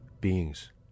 beings